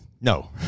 No